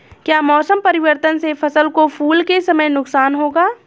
क्या मौसम परिवर्तन से फसल को फूल के समय नुकसान होगा?